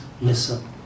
listen